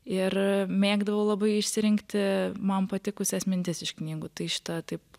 ir mėgdavau labai išsirinkti man patikusias mintis iš knygų tai šitą taip